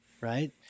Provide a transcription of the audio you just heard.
right